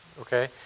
okay